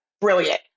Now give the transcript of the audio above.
Brilliant